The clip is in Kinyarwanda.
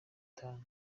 itanu